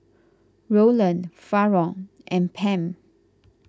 Roland Faron and Pam